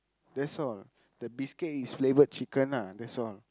that's all the biscuit is flavoured chicken ah that's all